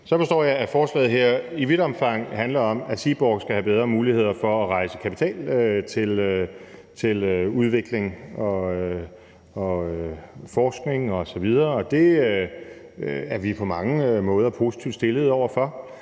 Så forstår jeg, at forslaget her i vidt omfang handler om, at Seaborg skal have bedre muligheder for at rejse kapital til udvikling og forskning osv., og det er vi på mange måder positivt stillet over for.